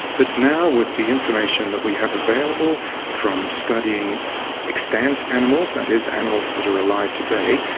but now with the information that we have available from studying extant animals, that is animals that are alive today,